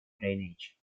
drainage